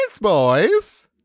boys